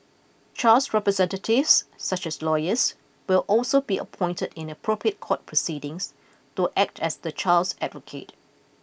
child representatives such as lawyers will also be appointed in appropriate court proceedings to act as the child's advocate